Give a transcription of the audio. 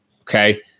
Okay